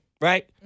right